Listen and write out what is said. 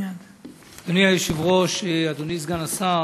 אדוני היושב-ראש, אדוני סגן השר,